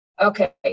Okay